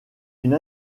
une